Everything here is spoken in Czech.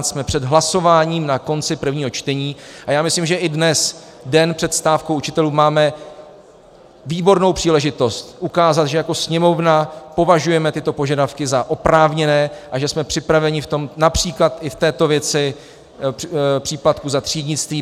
Jsme před hlasováním na konci prvního čtení a já myslím, že i dnes, den před stávkou učitelů, máme výbornou příležitost ukázat, že jako Sněmovna považujeme tyto požadavky za oprávněné a že jsme připraveni například i v této věci příplatku za třídnictví...